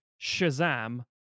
Shazam